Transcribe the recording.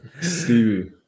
Stevie